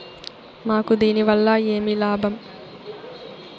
మాకు దీనివల్ల ఏమి లాభం